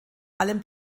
allem